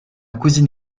cousine